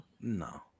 No